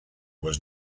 was